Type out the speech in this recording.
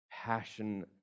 passion